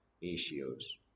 issues